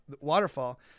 Waterfall